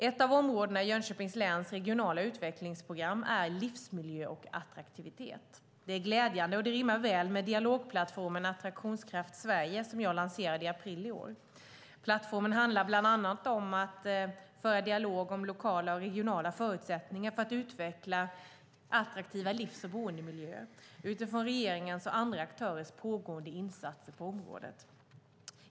Ett av områdena i Jönköpings läns regionala utvecklingsprogram är "Livsmiljö och attraktivitet". Det är glädjande, och det rimmar väl med dialogplattformen Attraktionskraft Sverige som jag lanserade i april i år. Plattformen handlar bland annat om att föra dialog om lokala och regionala förutsättningar för att utveckla attraktiva livs och boendemiljöer utifrån regeringens och andra aktörers pågående insatser på området.